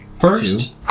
First